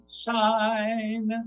shine